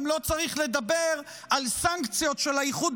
גם לא צריך לדבר על סנקציות של האיחוד